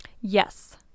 Yes